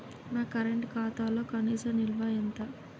నా కరెంట్ ఖాతాలో కనీస నిల్వ ఎంత?